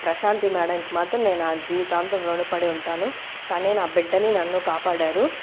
ప్రశాంతి మేడంకు మాత్రం నేను ఆమె జీవితాంతం రుణపడి ఉంటాను తనే నా బిడ్డని నన్ను కాపాడారు